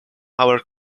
our